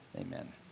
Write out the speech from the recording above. Amen